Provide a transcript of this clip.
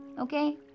Okay